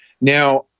Now